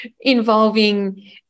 involving